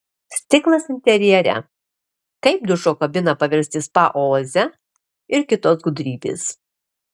stiklas interjere kaip dušo kabiną paversti spa oaze ir kitos gudrybės